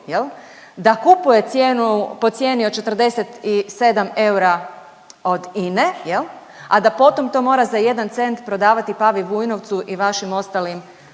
da kupuje cijenu po cijeni od 47 eura od INA-e jel, a da potom to mora za 1 cent prodavati Pavi Vujnovcu i vašim ostalim